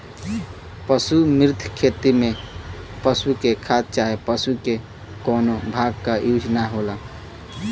पशु मुक्त खेती में पशु के खाद चाहे पशु के कउनो भाग क यूज ना होला